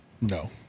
No